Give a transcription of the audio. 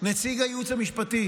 נציג הייעוץ המשפטי